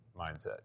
mindset